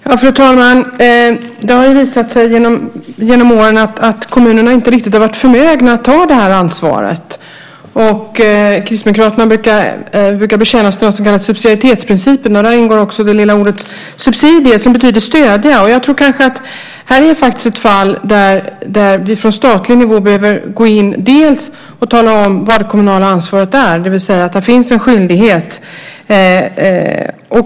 Fru talman! Det har visat sig genom åren att kommunerna inte riktigt har varit förmögna att ta det här ansvaret. Kristdemokraterna brukar bekänna sig till det som kallas för subsidiaritetsprincipen. Där ingår det lilla ordet subsidier, som betyder stöd. Jag tror att det här är ett fall där vi från statlig nivå behöver gå in och tala om vad det kommunala ansvaret är, det vill säga att här finns en skyldighet.